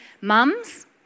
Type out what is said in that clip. mums